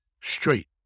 straight